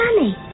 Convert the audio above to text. money